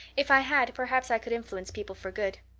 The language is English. if i had perhaps i could influence people for good.